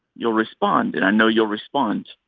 you'll respond. and i know you'll respond.